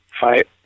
fight